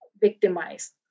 victimized